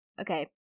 Okay